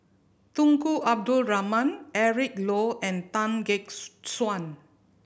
Tunku Abdul Rahman Eric Low and Tan Gek Suan